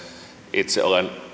itse olen